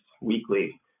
weekly